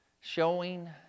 showing